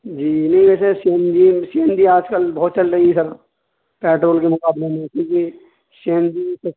جی نہیں ایسے C N G C N G آج کل بہت چل رہی ہے سر پیٹرول کے مقابلے میں کیوںکہ سی این جی